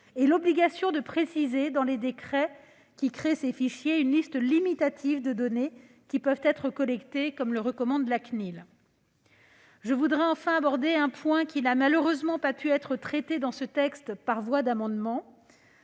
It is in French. que l'obligation de préciser, dans les décrets qui tendent à créer ces fichiers, une liste limitative de données pouvant être collectées, comme le recommande la CNIL. Je voudrais enfin aborder un point qui n'a malheureusement pas pu être traité dans ce texte par voie d'amendement,